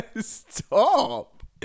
Stop